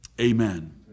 Amen